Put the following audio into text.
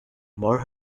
more